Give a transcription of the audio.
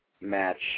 match